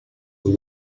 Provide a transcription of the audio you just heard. por